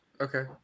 okay